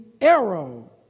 arrow